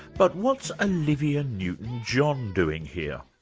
but what's olivia newton-john doing here?